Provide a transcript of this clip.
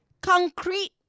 concrete